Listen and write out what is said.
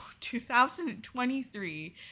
2023